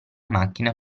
macchina